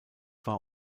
war